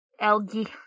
Algae